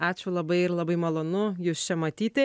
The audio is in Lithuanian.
ačiū labai ir labai malonu jus čia matyti